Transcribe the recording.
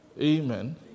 Amen